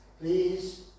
Please